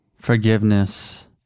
forgiveness